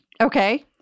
Okay